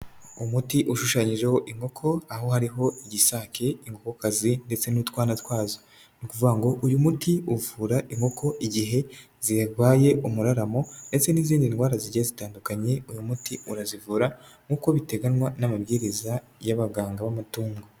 Umuti ushushanyijeho inkoko aho hariho igisake, inkokokazi ndetse n'utwana twazo, ni ukuvuga ngo uyu muti uvura inkoko igihe zirwaye umuramo ndetse n'izindi ndwara zigiye zitandukanye uyu muti urazivura nk'uko biteganywa n'amabwiriza y'abaganga b'amatungo.